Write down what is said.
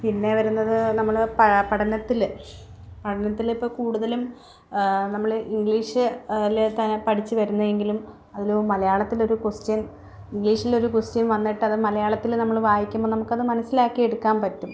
പിന്നെ വരുന്നത് നമ്മൾ പ പഠനത്തിൽ പഠനത്തിൽ ഇപ്പം കൂടുതലും നമ്മൾ ഇംഗ്ലീഷ് അതിൽ തന്നെ പഠിച്ച് വരുന്നെങ്കിലും അതിൽ മലയാളത്തിലൊരു ക്വസ്റ്റ്യൻ ഇംഗ്ലീഷിലൊരു ക്വസ്റ്റ്യൻ വന്നിട്ട് അത് മലയാളത്തിൽ നമ്മൾ വായിക്കുമ്പോൾ നമുക്കത് മനസ്സിലാക്കിയഎടുക്കാൻ പറ്റും